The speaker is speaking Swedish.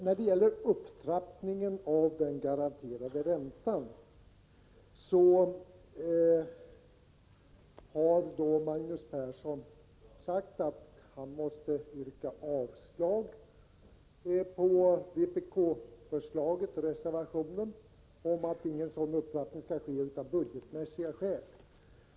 När det gäller upptrappningen av den garanterade räntan sade Magnus Persson att han måste yrka avslag på vpk:s förslag i reservationen. Av budgetmässiga skäl skall någon sådan upptrappning nämligen inte ske.